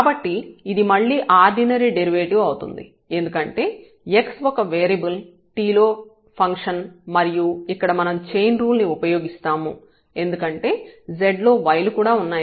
కాబట్టి ఇది మళ్ళీ ఆర్డినరీ డెరివేటివ్ అవుతుంది ఎందుకంటే x ఒక వేరియబుల్ t లలో ఫంక్షన్ మరియు ఇక్కడ మనం చైన్ రూల్ ని ఉపయోగిస్తాము ఎందుకంటే z లో y లు కూడా ఉన్నాయి